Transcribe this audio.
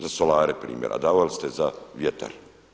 Za solare primjer a davali ste za vjetar.